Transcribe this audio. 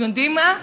אתם יודעים מה היה?